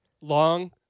long